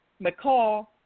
McCall